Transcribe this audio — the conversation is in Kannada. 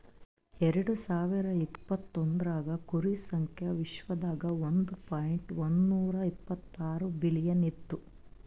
ಎರಡು ಸಾವಿರ ಇಪತ್ತೊಂದರಾಗ್ ಕುರಿ ಸಂಖ್ಯಾ ವಿಶ್ವದಾಗ್ ಒಂದ್ ಪಾಯಿಂಟ್ ಒಂದ್ನೂರಾ ಇಪ್ಪತ್ತಾರು ಬಿಲಿಯನ್ ಇತ್ತು